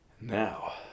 Now